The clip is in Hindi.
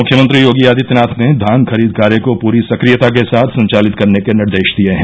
मुख्यमंत्री योगी आदित्यनाथ ने धान खरीद कार्य को पूरी सक्रियता के साथ संचालित करने के निर्देश दिये हैं